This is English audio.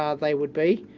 um they would be,